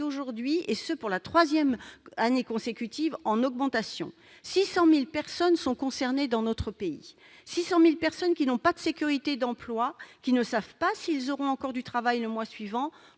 augmentation, et ce pour la troisième année consécutive. Au total, 600 000 personnes sont concernées dans notre pays, 600 000 personnes qui n'ont pas de sécurité d'emploi, qui ne savent pas si elles auront encore du travail le mois suivant,